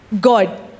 God